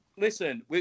Listen